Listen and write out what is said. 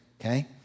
okay